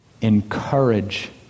encourage